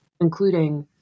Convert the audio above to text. including